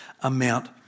amount